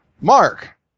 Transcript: Mark